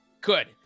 Good